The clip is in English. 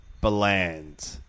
Bland